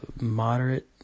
moderate